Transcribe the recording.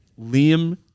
Liam